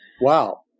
wow